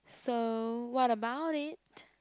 so what about it